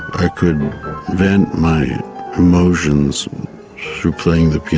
i could vent my emotions through playing the piano,